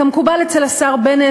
כמקובל אצל השר בנט,